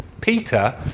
peter